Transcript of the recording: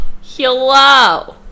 Hello